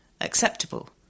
acceptable